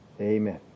Amen